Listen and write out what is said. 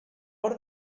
hor